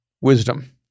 wisdom